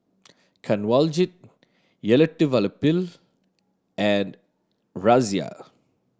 Kanwaljit Elattuvalapil and Razia